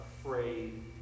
afraid